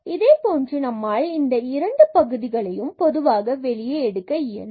இதை போன்று நம்மால் இந்த இரண்டு பகுதிகளையும் பொதுவாக வெளியே எடுக்க இயலும்